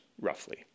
roughly